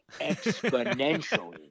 exponentially